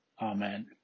Amen